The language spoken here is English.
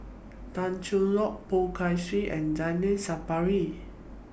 Tan Cheng Lock Poh Kay Swee and Zainal Sapari